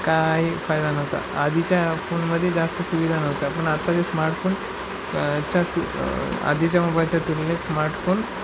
काही फायदा नव्हता आधीच्या फोनमध्ये जास्त सुविधा नव्हत्या पण आत्ता ते स्मार्टफोन च्या तु आधीच्या मोबाईलच्या तुलनेत स्मार्टफोन